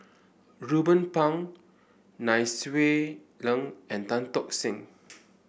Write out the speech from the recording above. Ruben Pang Nai Swee Leng and Tan Tock Seng